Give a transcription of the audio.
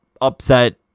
upset